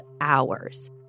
hours